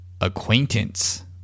Acquaintance